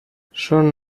son